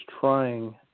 trying